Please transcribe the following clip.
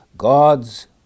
God's